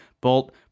Bolt